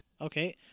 Okay